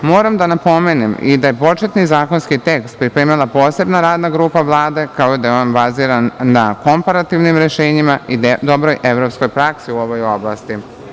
Moram da napomenem i da je početni zakonski tekst pripremila posebna radna grupa Vlade, kao i da je on baziran na komparativnim rešenjima i dobroj evropskoj praksi u ovoj oblasti.